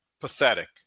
pathetic